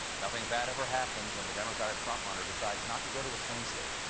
nothing bad ever happens when the democratic front runner decides not to go to a swing state.